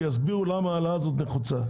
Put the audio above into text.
שיסבירו למה העלאה הזאת נחוצה.